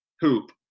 Hoop